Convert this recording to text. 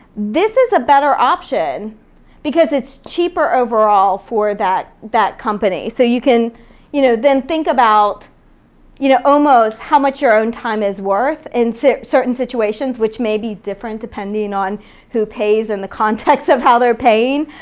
this is a better option because it's cheaper overall for that that company, so you can you know then think about you know almost how much your own time is worth in certain situations, which may be different depending on who pays and the context of how they're paying,